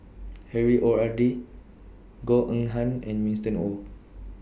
Harry O R D Goh Eng Han and Winston Oh